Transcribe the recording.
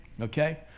okay